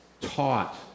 taught